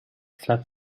flap